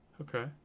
Okay